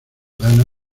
gana